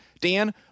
Dan